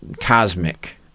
cosmic